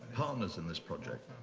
partners in this project,